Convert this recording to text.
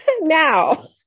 now